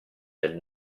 del